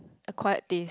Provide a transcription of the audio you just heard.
acquired taste